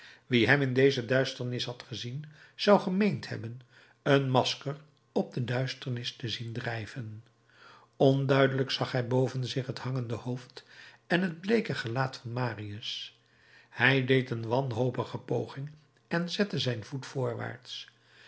wie hem in deze duisternis had gezien zou gemeend hebben een masker op de duisternis te zien drijven onduidelijk zag hij boven zich het hangende hoofd en het bleeke gelaat van marius hij deed een wanhopige poging en zette zijn voet voorwaarts